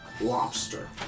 lobster